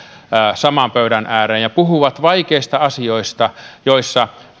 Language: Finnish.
saman pöydän ääreen ja puhuvat vaikeista asioista joissa